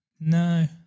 No